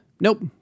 Nope